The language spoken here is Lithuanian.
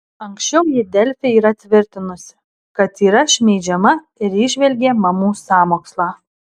anksčiau ji delfi yra tvirtinusi kad yra šmeižiama ir įžvelgė mamų sąmokslą